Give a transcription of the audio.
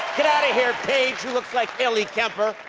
get out of here page, who looks like ellie kemper.